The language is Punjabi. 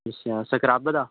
ਅੱਛਾ ਸਕਰੱਬ ਦਾ